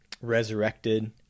resurrected